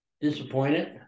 disappointed